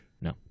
No